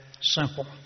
simple